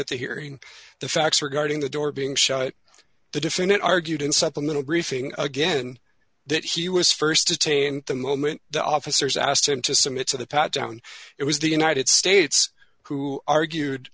at the hearing the facts regarding the door being shut the defendant argued in supplemental briefing again that he was st attained the moment the officers asked him to submit to the pat down it was the united states who argued